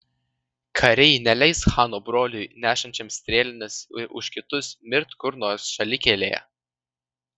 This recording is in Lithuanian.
kariai neleis chano broliui nešančiam strėlines ir už kitus mirti kur nors šalikelėje